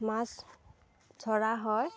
মাছ ধৰা হয়